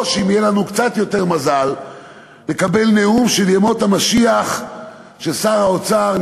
או שאם יהיה לנו קצת יותר מזל נקבל נאום על ימות המשיח של שר האוצר,